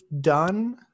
done